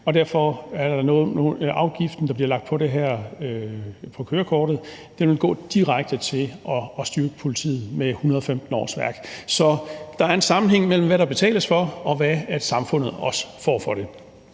derfor vil afgiften, der bliver lagt på det her, altså på kørekortet, gå direkte til at styrke politiet med 115 årsværk. Så der er en sammenhæng mellem, hvad der betales for, og hvad samfundet også får for det.